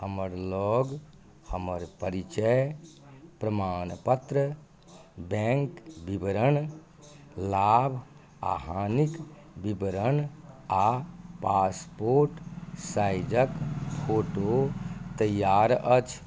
हमर लग हमर परिचय प्रमाणपत्र बैंक बिबरण लाभ आ हानिक बिबरण आ पासपोर्ट साइजक फोटो तैयार अछि